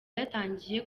yatangiye